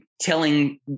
telling